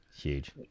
huge